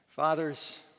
Fathers